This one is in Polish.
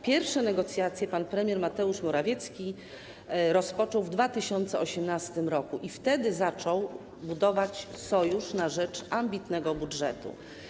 Pierwsze negocjacje pan premier Mateusz Morawicki rozpoczął w 2018 r. i wtedy zaczął budować sojusz na rzecz ambitnego budżetu.